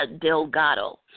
Delgado